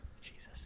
Jesus